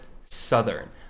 Southern